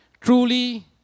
truly